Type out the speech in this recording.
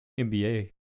NBA